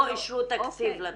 לא אישרו תקציב לתכנית.